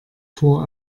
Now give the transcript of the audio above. tor